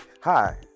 Hi